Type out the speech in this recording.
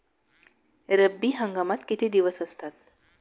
रब्बी हंगामात किती दिवस असतात?